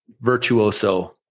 virtuoso